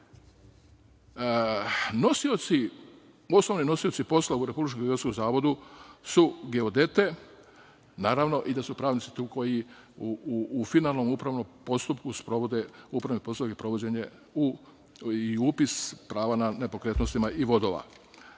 pravnika. Osnovni nosioci posla u Republičkom geodetskom zavodu su geodete, naravno da su i pravnici tu koji u finalnom upravnom postupku sprovode upravne poslove i upis prava na nepokretnostima i vodova. Da